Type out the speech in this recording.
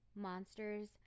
monsters